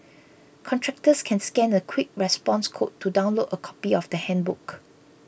contractors can scan a quick response code to download a copy of the handbook